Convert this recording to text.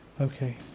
Okay